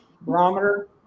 barometer